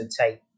take